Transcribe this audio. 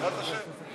בעזרת השם.